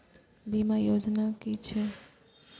बीमा योजना कि छिऐ?